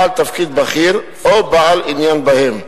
בעל תפקיד בכיר או בעל עניין בהם,